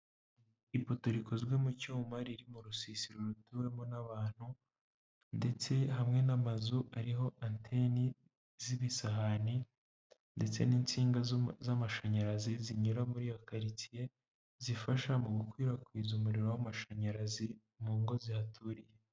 Ipoto rikozwe mu cyuma riri mu rusisiro rutuwemo n'abantu ndetse hamwe n'amazu ariho anteni z'ibisahane ndetse n'insinga z'amashanyarazi zinyura muri iyo karitsiye, zifasha mu gukwirakwiza umuriro w'amashanyarazi mu ngo zihaturiye.